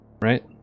right